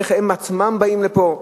איך הם עצמם באים לפה?